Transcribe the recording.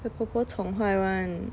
被婆婆宠坏 [one]